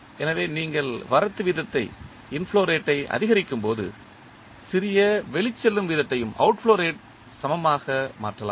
எனவே நீங்கள் வரத்து வீதத்தை அதிகரிக்கும்போது சிறிய வெளிச்செல்லும் வீதத்தையும் சமமாக மாற்றலாம்